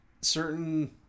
certain